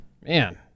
Man